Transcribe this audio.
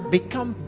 become